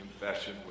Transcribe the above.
confession